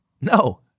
No